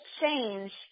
change